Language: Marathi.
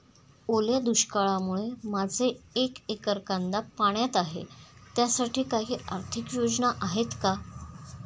ओल्या दुष्काळामुळे माझे एक एकर कांदा पाण्यात आहे त्यासाठी काही आर्थिक योजना आहेत का?